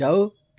ਜਾਓ